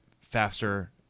faster